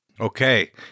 Okay